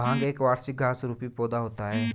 भांग एक वार्षिक घास रुपी पौधा होता है